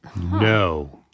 No